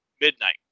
midnight